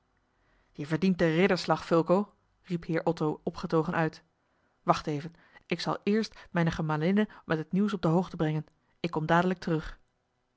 je verdient den ridderslag fulco riep heer otto opgetogen uit wacht even ik zal eerst mijne gemalinne met het nieuws op de hoogte brengen ik kom dadelijk terug